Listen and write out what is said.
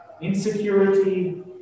insecurity